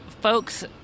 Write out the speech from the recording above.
folks